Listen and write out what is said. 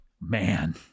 Man